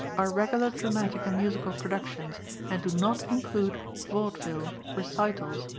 are regular dramatic and musical productions and do not include vaudeville, recitals,